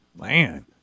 Man